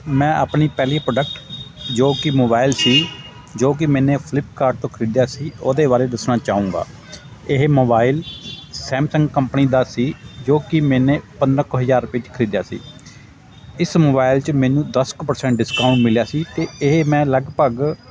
ਮੈਂ ਆਪਣੀ ਪਹਿਲੀ ਪ੍ਰੋਡਕਟ ਜੋ ਕਿ ਮੋਬਾਈਲ ਸੀ ਜੋ ਕਿ ਮੈਨੇ ਫਲਿੱਪਕਾਰਡ ਤੋਂ ਖਰੀਦਿਆ ਸੀ ਉਹਦੇ ਬਾਰੇ ਦੱਸਣਾ ਚਾਹਾਂਗਾ ਇਹ ਮੋਬਾਈਲ ਸੈਮਸੰਗ ਕੰਪਨੀ ਦਾ ਸੀ ਜੋ ਕਿ ਮੈਨੇ ਪੰਦਰਾਂ ਕੁ ਹਜ਼ਾਰ ਰੁਪਏ 'ਚ ਖਰੀਦਿਆ ਸੀ ਇਸ ਮੋਬਾਇਲ 'ਚ ਮੈਨੂੰ ਦਸ ਕੁ ਪਰਸੈਂਟ ਡਿਸਕਾਊਂਟ ਮਿਲਿਆ ਸੀ ਅਤੇ ਇਹ ਮੈਂ ਲਗਭਗ